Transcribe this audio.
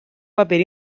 paper